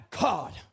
God